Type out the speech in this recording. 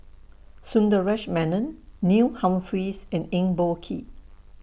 Sundaresh Menon Neil Humphreys and Eng Boh Kee